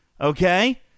Okay